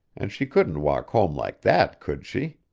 and she couldn't walk home like that, could she?